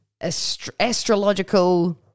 astrological